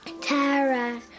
Tara